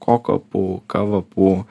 kokapu kavapu